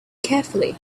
carefully